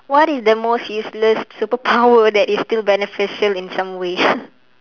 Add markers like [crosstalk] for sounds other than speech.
what is the most useless superpower [laughs] that is still beneficial in some way [laughs]